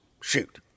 Shoot